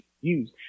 use